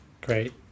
Great